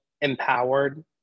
empowered